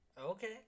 Okay